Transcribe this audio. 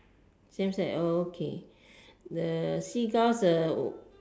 same side oh okay the seagulls uh